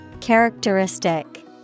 Characteristic